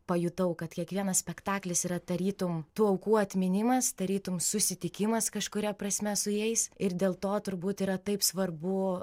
pajutau kad kiekvienas spektaklis yra tarytum tų aukų atminimas tarytum susitikimas kažkuria prasme su jais ir dėl to turbūt yra taip svarbu